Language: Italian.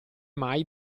mai